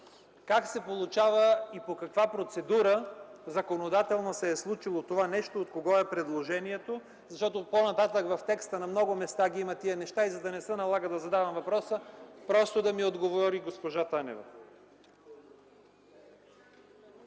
Как се получава и по каква процедура законодателно се е случило това нещо и от кого е предложението? По-нататък в текста на много места ги има тези неща и за да не се налага да задавам пак въпроса, просто да ми отговори госпожа Танева.